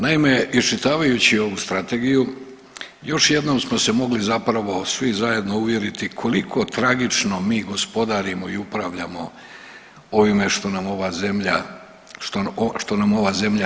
Naime, iščitavajući ovu Strategiju, još jednom smo se mogli zapravo svi zajedno uvjeriti koliko tragično mi gospodarimo i upravljamo ovime što nam ova zemlja daje.